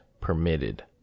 permitted